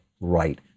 right